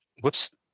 whoops